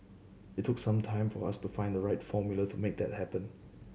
it took some time for us to find the right formula to make that happen